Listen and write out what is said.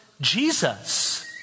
Jesus